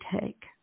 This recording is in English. take